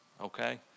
okay